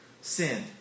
Sin